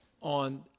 on